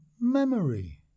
memory